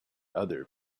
other